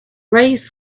raised